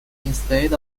instead